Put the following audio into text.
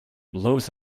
blows